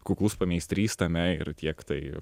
kuklus pameistrys tame ir tiek tai